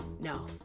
No